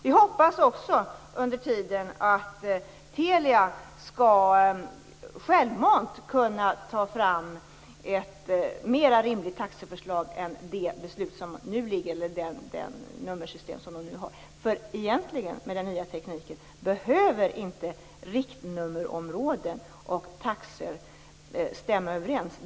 Vi hoppas att Telia under tiden självmant skall ta fram ett mera rimligt taxeförslag än det nummersystem som nu finns. Med den nya teknik som finns behöver inte riktnummerområden och taxor stämma överens.